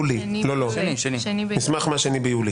שאנחנו נוכל להגיע אליו.